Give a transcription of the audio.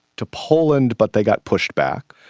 to poland, but they got pushed back,